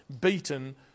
beaten